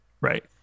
Right